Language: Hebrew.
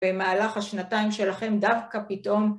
במהלך השנתיים שלכם דווקא פתאום